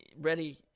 ready